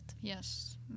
Yes